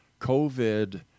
COVID